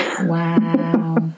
Wow